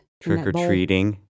Trick-or-treating